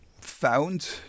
found